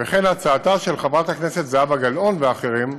וכן על הצעתה של חברת הכנסת זהבה גלאון ואחרים,